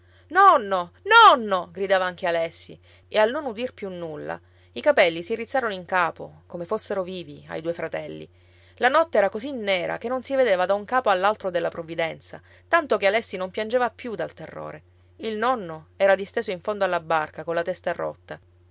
nonno nonno gridava anche alessi e al non udir più nulla i capelli si rizzarono in capo come fossero vivi ai due fratelli la notte era così nera che non si vedeva da un capo all'altro della provvidenza tanto che alessi non piangeva più dal terrore il nonno era disteso in fondo alla barca colla testa rotta